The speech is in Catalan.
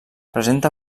presenta